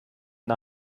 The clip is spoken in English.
the